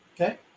Okay